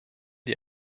die